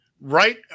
Right